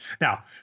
Now